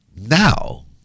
now